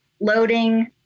loading